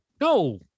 no